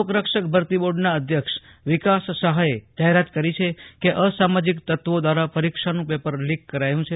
લોકરક્ષક ભરતી બોર્ડના અધ્યક્ષ વિકાસ સહાયે જાહેરાત કરી છે કે અસામાજિક તત્વો દ્વારા પરીક્ષાનું પેપર લીક કરાયું છે